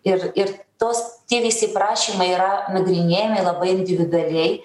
ir ir tos tie visi prašymai yra nagrinėjami labai individualiai